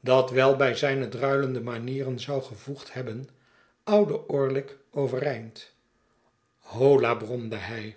dat wel bij zijne druilende manieren zou gevoegd hebben oude orlick overeind holla bromde hij